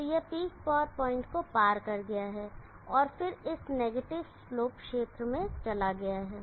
तो यह peak power point को पार कर गया है और फिर इस नेगेटिव स्लोप क्षेत्र में चला गया है